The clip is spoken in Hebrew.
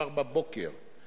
מחר בבוקר.